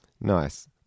nice